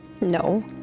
No